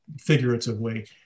figuratively